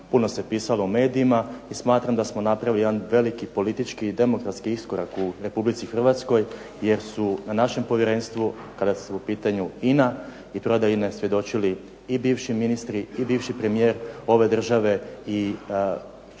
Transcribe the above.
puno se pisalo u medijima i smatram da smo napravili jedan veliki politički i demokratski iskorak u Republici Hrvatskoj jer su na našem povjerenstvu, kada su u pitanju INA i prodaja INA-e svjedočili i bivši ministri i bivši premijer ove države i čelni